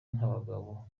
nk’abagabo